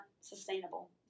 sustainable